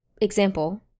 example